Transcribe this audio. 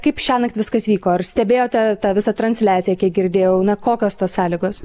kaip šiąnakt viskas vyko ar stebėjote tą visą transliaciją kiek girdėjau na kokios tos sąlygos